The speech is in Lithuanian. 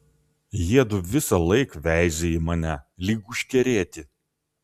jiedu visąlaik veizi į mane lyg užkerėti